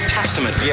Testament